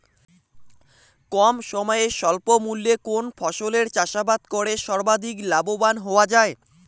কম সময়ে স্বল্প মূল্যে কোন ফসলের চাষাবাদ করে সর্বাধিক লাভবান হওয়া য়ায়?